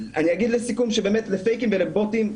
אני אגיד לסיכום של"פייקים" ולבוטים,